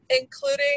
including